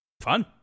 fun